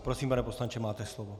Prosím, pane poslanče, máte slovo.